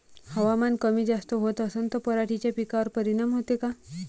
हवामान कमी जास्त होत असन त पराटीच्या पिकावर परिनाम होते का?